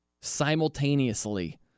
simultaneously